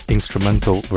Instrumental